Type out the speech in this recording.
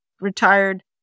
retired